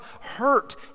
hurt